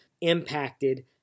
impacted